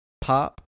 pop